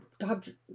God